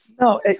No